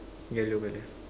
yellow colour